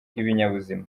ibinyabuzima